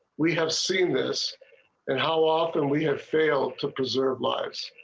we have seen this and how often we have failed to preserve lives.